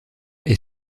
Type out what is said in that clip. est